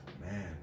man